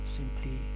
simply